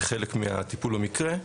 כחלק מהטיפול במקרה,